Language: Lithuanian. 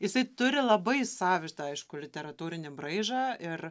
jisai turi labai savitą aišku literatūrinį braižą ir